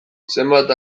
zenbat